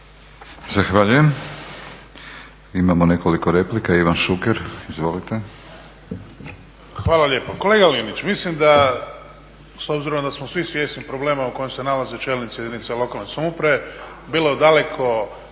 Zahvaljujem. Imamo nekoliko replika. Ivan Šuker, izvolite.